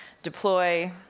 deploy,